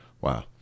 Wow